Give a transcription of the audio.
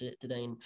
today